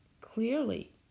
clearly